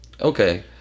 Okay